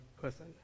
person